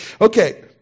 Okay